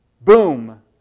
Boom